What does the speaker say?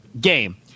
game